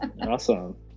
Awesome